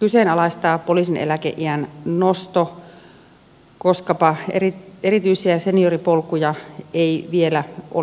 kyseenalaistaa poliisin eläkeiän nosto koskapa erityisiä senioripolkuja ei vielä ole olemassa